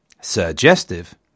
Suggestive